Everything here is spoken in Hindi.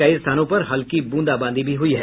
कई स्थानों पर हल्की बूंदाबांदी भी हुई है